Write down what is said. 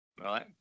right